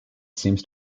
seems